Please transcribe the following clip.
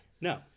No